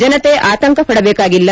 ಜನತೆ ಆತಂಕ ಪಡದೇಕಾಗಿಲ್ಲ